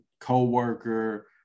co-worker